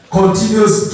continues